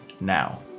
Now